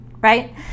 Right